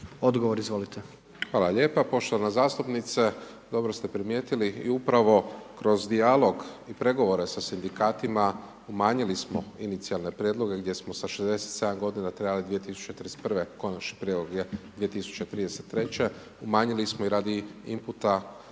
Marko (HDZ)** Hvala lijepo. Poštovana zastupnice, dobro ste primijetili i upravo kroz dijalog i pregovore sa sindikatima umanjili smo inicijalne prijedloge gdje smo sa 67 godina trebali 2031. konačni prijedlog je 2033., umanjili smo i radi inputa